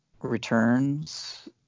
Returns